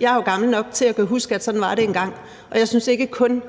Jeg er jo gammel nok til at kunne huske, at sådan var det engang, og jeg synes ikke kun,